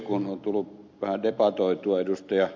kun on tullut vähän debatoitua ed